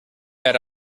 per